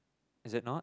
is it not